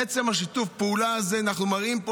בעצם שיתוף הפעולה הזה אנחנו מראים פה